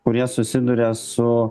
kurie susiduria su